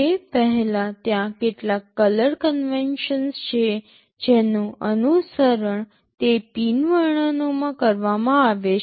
તે પહેલાં ત્યાં કેટલાક કલર કન્વેન્શન્સ છે જેનું અનુસરણ તે પિન વર્ણનોમાં કરવામાં આવે છે